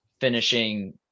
finishing